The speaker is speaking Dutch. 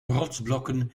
rotsblokken